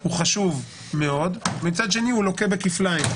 הוא חשוב מאוד, מצד שני הוא לוקה כפליים,